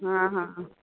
हा हा